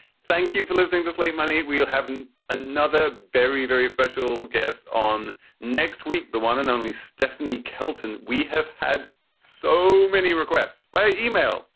thank you for listening. this late money. we'll have and another very, very special guest on next week. the one and only stephanie kelton. we have had so many requests by yeah e-mail.